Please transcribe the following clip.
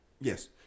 Yes